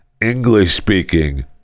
english-speaking